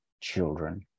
children